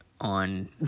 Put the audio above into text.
On